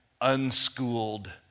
unschooled